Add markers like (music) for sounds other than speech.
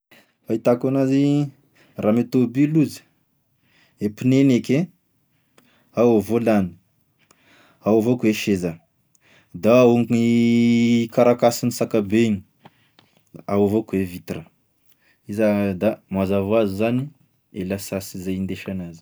Fahitako anazy raha ame tômôbily ozy, e pneuny eky e, ao volant-ny, ao avao ko e seza, da ao gny (hesitation) karakasiny zakabe igny ao avao koa e vitra, iza, da mazava hoazy zany e lasansy zay hindesy anazy.